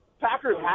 Packers